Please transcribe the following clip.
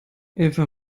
eva